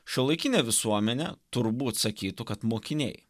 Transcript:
šiuolaikinė visuomenė turbūt sakytų kad mokiniai